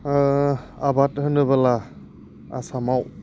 आबाद होनोब्ला आसामाव